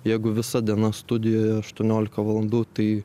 jeigu visa diena studijoje aštuoniolika valandų tai